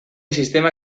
sistema